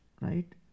Right